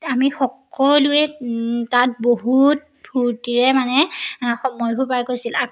আমি সকলোৱে তাত বহুত ফূৰ্তিৰে মানে সময়বোৰ পাৰ কৰিছিলোঁ